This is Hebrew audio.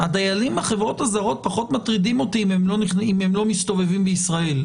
הדיילים בחברות הזרות פחות מטרידים אותי אם הם לא מסתובבים בישראל,